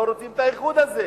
מה לעשות?